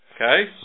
Okay